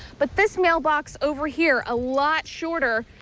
but this mailbox over here a lot shorter,